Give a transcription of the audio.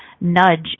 nudge